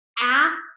ask